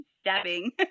stabbing